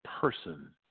person